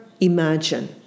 imagine